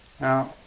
Now